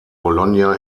bologna